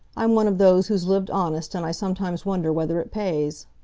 i'm one of those who's lived honest, and i sometimes wonder whether it pays.